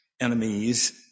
enemies